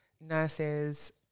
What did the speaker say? nurses